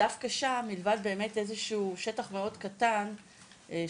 דווקא שם מלבד באמת איזה שהוא שטח מאוד קטן של